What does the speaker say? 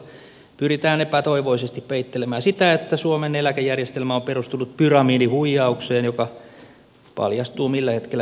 eläkeuudistuksella pyritään epätoivoisesti peittelemään sitä että suomen eläkejärjestelmä on perustunut pyramidihuijaukseen joka paljastuu millä hetkellä hyvänsä